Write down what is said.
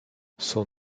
son